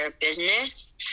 business